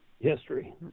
history